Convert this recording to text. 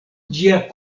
ĝia